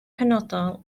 penodol